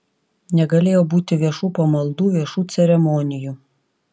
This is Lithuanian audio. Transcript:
negalėjo būti viešų pamaldų viešų ceremonijų